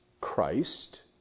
Christ